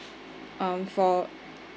um for